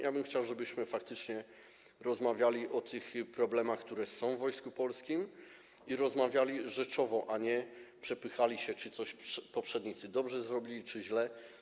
Ja bym chciał, żebyśmy faktycznie rozmawiali o tych problemach, które są w Wojsku Polskim, rozmawiali rzeczowo, a nie przepychali się, czy coś poprzednicy dobrze zrobili, czy źle.